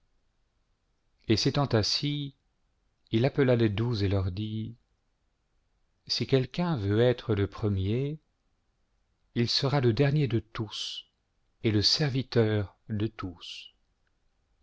et s'étant assis il appela les douze et leur dit si quelqu'un veut être le premier il sera le dernier de tous et le serviteur de tous